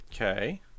Okay